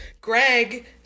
greg